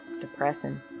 depressing